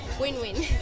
win-win